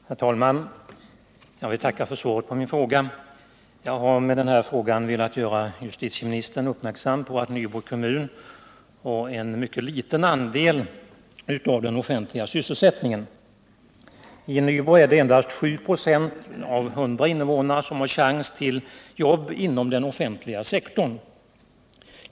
Herr talman! Jag vill tacka för svaret på min fråga. Jag har med denna fråga velat göra justitieministern uppmärksam på att Nybro kommun har en mycket liten andel av den offentliga sysselsättningen. I Nybro är det endast 7 96 av invånarna som har chans till jobb inom den offentliga sektorn.